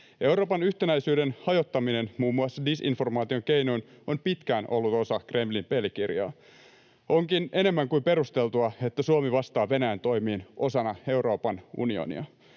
Euroopan yhtenäisyyden hajottaminen muun muassa disinformaation keinoin on pitkään ollut osa Kremlin pelikirjaa. Onkin enemmän kuin perusteltua, että Suomi vastaa Venäjän toimiin osana Euroopan unionia.